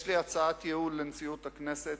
יש לי הצעת ייעול לנשיאות הכנסת: